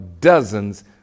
dozens